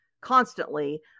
constantly